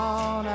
on